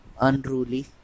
unruly